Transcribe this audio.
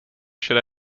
should